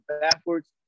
backwards